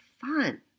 fun